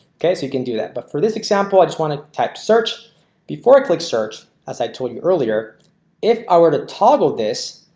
okay you can do that. but for this example, i just want to type search before i click search as i told you earlier if i were to toggle this.